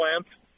plants